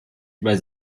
über